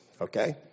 Okay